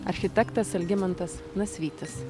architektas algimantas nasvytis